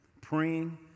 praying